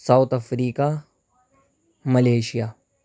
South Africa Malaysia